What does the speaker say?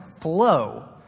flow